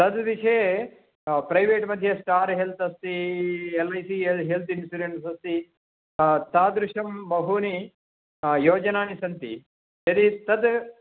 तद् विषये प्रैवेट् मध्ये स्टार् हेल्त् अस्ति एल् ऐ सि हे हेल्त् इन्शुरेन्स् अस्ति तादृशं बहूनि योजनानि सन्ति यदि तद्